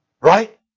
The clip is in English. Right